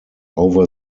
over